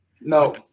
no